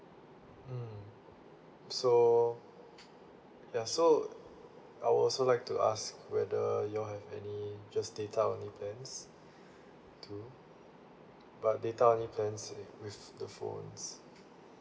mm so ya so I would also like to ask whether you all have any just data only plans too but data only plans with the phones